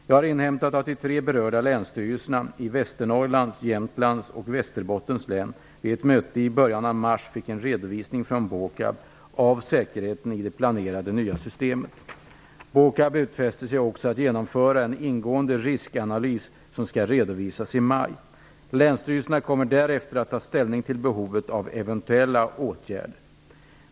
Jag har inhämtat att de tre berörda länsstyrelserna -- i Västernorrlands, Jämtlands och Västerbottens län -- vid ett möte i början av mars fick en redovisning från Båkab av säkerheten i det planerade nya systemet. Båkab utfäste sig också att genomföra en ingående riskanalys som skall redovisas i maj. Länsstyrelserna kommer därefter att ta ställning till behovet av eventuella åtgärder.